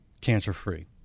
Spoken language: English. cancer-free